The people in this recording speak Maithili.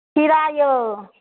खीरा यौ